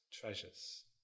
treasures